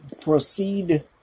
Proceed